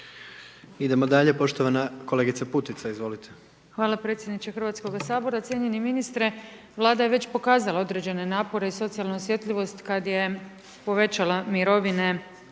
Idemo dalje, poštovana kolegica Putica, izvolite. **Putica, Sanja (HDZ)** Hvala predsjedniče Hrvatskog sabora, cijenjeni ministre, Vlada je već pokazala određene napore i socijalnu osjetljivost kada je povećala mirovine,